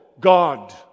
God